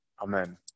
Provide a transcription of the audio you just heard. Amen